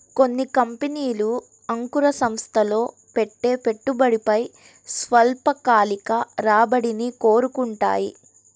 కొన్ని కంపెనీలు అంకుర సంస్థల్లో పెట్టే పెట్టుబడిపై స్వల్పకాలిక రాబడిని కోరుకుంటాయి